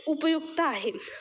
उपयुक्त आहे